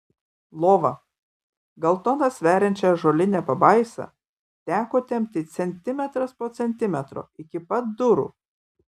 lova gal toną sveriančią ąžuolinę pabaisą teko tempti centimetras po centimetro iki pat durų